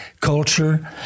culture